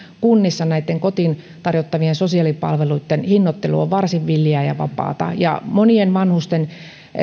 kunnissa näitten kotiin tarjottavien sosiaalipalveluitten hinnoittelu on varsin villiä ja vapaata ja monien vanhusten